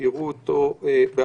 יראו אותו בעצמם.